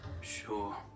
Sure